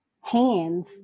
hands